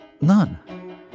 None